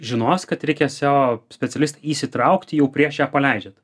žinos kad reikia seo specialistą įsitraukti jau prieš ją paleidžiant